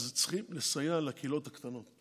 אז צריך לסייע לקהילות הקטנות.